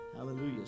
Hallelujah